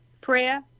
Prayer